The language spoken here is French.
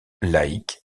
laïque